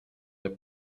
the